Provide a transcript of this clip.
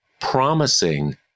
promising